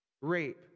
Rape